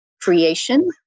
Creation